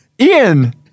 Ian